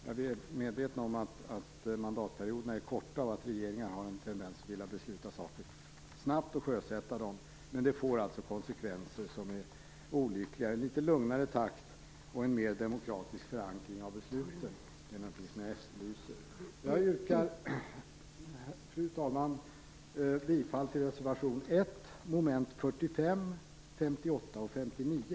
Jag är medveten om att mandatperioderna är korta och att regeringen har en tendens att vilja sjösätta saker snabbt. Men det får olyckliga konsekvenser. Litet lugnare takt och en mer demokratisk förankring av besluten är vad jag efterlyser. Jag yrkar, fru talman, bifall till reservation 1 under momenten 45, 58 och 59.